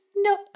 No